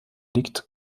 liegt